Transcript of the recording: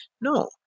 No